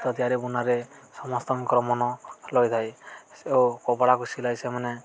ତ ତିଆରି ବୁନାରେ ସମସ୍ତଙ୍କର ମନ ଥାଏ ଓ କପଡ଼ାକୁ ସିଲାଇ ସେମାନେ